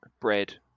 bread